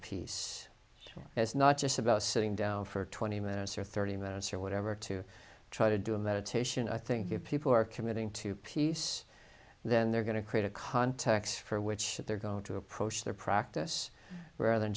peace it's not just about sitting down for twenty minutes or thirty minutes or whatever to try to do a meditation i think if people are committing to peace then they're going to create a context for which they're going to approach their practice rather than